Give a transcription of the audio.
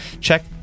check